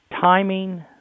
Timing